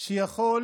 שיכול